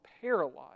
paralyzed